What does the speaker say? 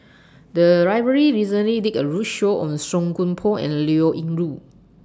The Library recently did A roadshow on Song Koon Poh and Liao Yingru